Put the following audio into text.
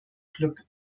glück